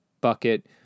bucket